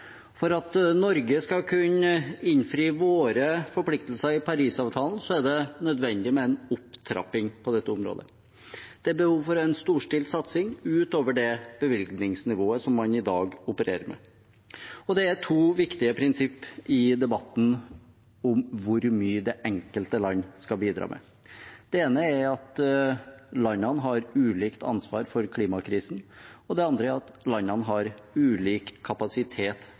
For at Norge skal kunne innfri sine forpliktelser i Parisavtalen, er det nødvendig med en opptrapping på dette området. Det er behov for en storstilt satsing utover det bevilgningsnivået man i dag opererer med. Det er to viktige prinsipp i debatten om hvor mye det enkelte land skal bidra med. Det ene er at landene har ulikt ansvar for klimakrisen, og det andre er at landene har ulik kapasitet